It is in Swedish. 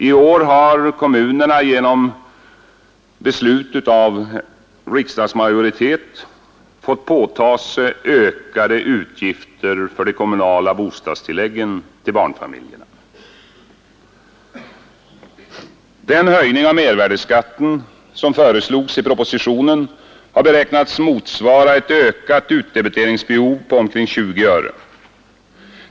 I år har kommunerna genom beslut av riksdagens majoritet fått påta sig ökade utgifter för de kommunala bostadstilläggen till barnfamiljerna. Den höjning av mervärdeskatten som föreslogs i propositionen har beräknats motsvara ett ökat utdebiteringsbehov på omkring 20 öre.